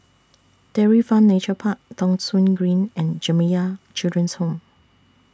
Dairy Farm Nature Park Thong Soon Green and Jamiyah Children's Home